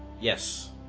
Yes